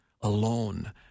alone